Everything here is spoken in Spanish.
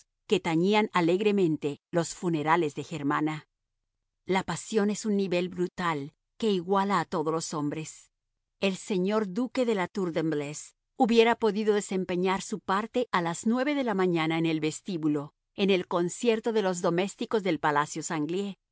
que tañían alegremente los funerales de germana la pasión es un nivel brutal que iguala a todos los hombres el señor duque de la tour de embleuse hubiera podido desempeñar su parte a las nueve de la mañana en el vestíbulo en el concierto de los domésticos del palacio sanglié